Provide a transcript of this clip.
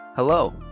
Hello